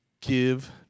give